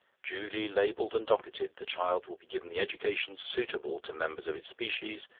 duly labelled and docketed, the child will be given the education suitable to members of its species,